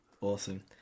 awesome